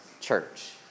church